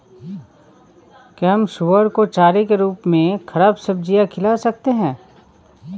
क्या हम सुअर को चारे के रूप में ख़राब सब्जियां खिला सकते हैं?